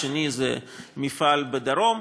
והשני זה מפעל בדרום,